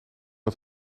het